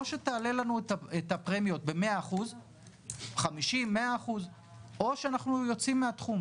או שתעלה לנו את הפרמיות ב-100%-50% או שאנחנו יוצאים מהתחום.